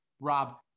Rob